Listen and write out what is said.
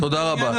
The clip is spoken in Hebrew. אין בעיה.